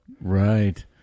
right